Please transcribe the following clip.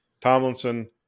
tomlinson